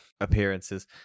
appearances